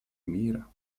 мира